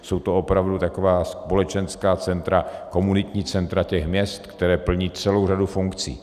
Jsou to opravdu taková společenská centra, komunitní centra těch měst, která plní celou řadu funkcí.